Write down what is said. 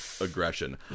aggression